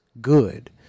good